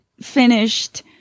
finished